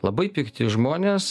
labai pikti žmonės